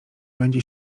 będzie